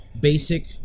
basic